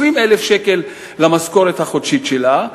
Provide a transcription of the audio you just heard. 10%, 20,000 שקל למשכורת החודשית שלה.